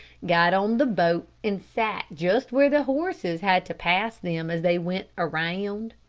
got on the boat, and sat just where the horses had to pass them as they went around.